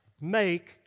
make